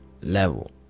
level